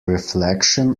reflection